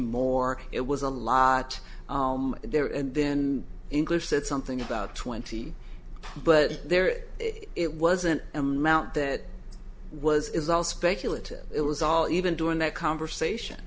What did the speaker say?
more it was a lot there and then english said something about twenty but there it wasn't amount that was is all speculative it was all even during that conversation